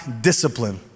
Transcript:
discipline